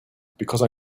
because